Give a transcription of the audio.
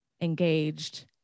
engaged